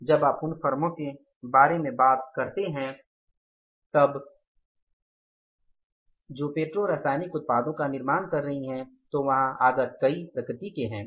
जब आप उन फर्मों के बारे में बात करते हैं जो पेट्रो रासायनिक उत्पादों का निर्माण कर रहे हैं तो वहां आगत कई प्रकृति के हैं